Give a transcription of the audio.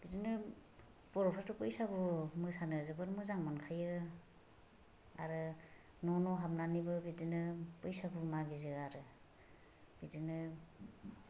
बिदिनो बर'फोराथ' बैसागु मोसानो जोबोद मोजां मोनखायो आरो न' न' हाबनानैबो बिदिनो बैसागु मागियो आरो बिदिनो